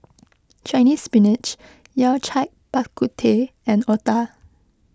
Chinese Spinach Yao Cai Bak Kut Teh and Otah